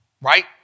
right